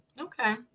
Okay